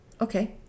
okay